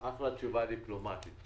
אחלה תשובה דיפלומטית.